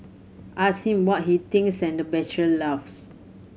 ask him what he thinks and the bachelor laughs